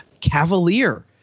cavalier